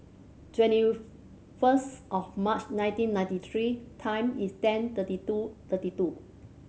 twenty first of March nineteen ninety three ten instead thirty two thirty two